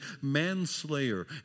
manslayer